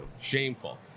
shameful